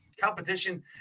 competition